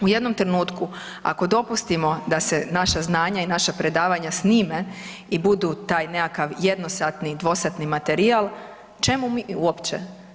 U jednom trenutku, ako dopustimo da se naša znanja i naša predavanja snime i budu taj nekakav jednosatni, dvosatni materijal, čemu mi uopće?